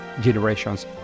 generations